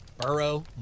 Burrow